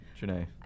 Janae